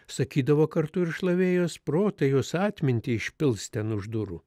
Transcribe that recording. sakydavo kartu ir šlavėjos protą jos atmintį išpils ten už durų